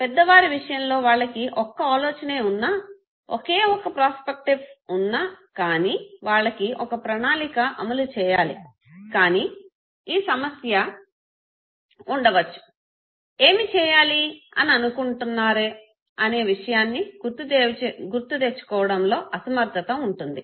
పెద్దవారి విషయంలో వాళ్ళకి ఒక్క ఆలోచనే వున్నా ఒకే ఒక ప్రాస్పెక్టివ్ ఉన్నా కానీ వాళ్ళకి ఒక ప్రణాళిక అమలు చేయాలి కానీ ఈ సమస్య ఉండవచ్చు ఏమి చెయ్యాలి అని అనుకుంటున్నారో అనే విషయాన్నీ గుర్తు తెచ్చుకోవడంలో అసమర్థత ఉంటుంది